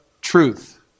truth